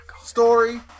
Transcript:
Story